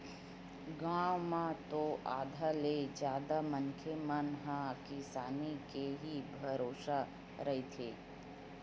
गाँव म तो आधा ले जादा मनखे मन ह किसानी के ही भरोसा रहिथे